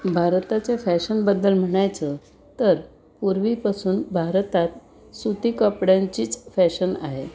भारताच्या फॅशनबद्दल म्हणायचं तर पूर्वीपासून भारतात सुती कपड्यांचीच फॅशन आहे